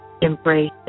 Embrace